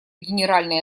генеральной